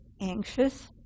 anxious